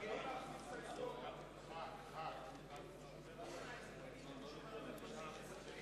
ההסתייגות של חבר הכנסת נחמן שי לסעיף 02, הכנסת,